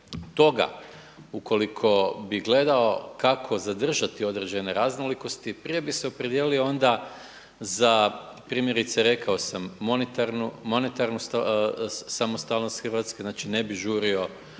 toga, ukoliko bih gledao kako zadržati određene raznolikosti prije bih se opredijelio onda za, primjerice rekao sam, monetarnu samostalnost Hrvatske, znači ne bih žurio